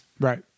Right